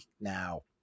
now